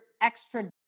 extra